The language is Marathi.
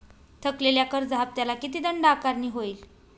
थकलेल्या कर्ज हफ्त्याला किती दंड आकारणी होईल?